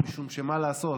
משום שמה לעשות,